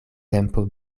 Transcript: tempo